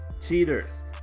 Cheaters